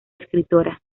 escritora